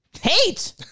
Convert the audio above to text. Hate